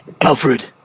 Alfred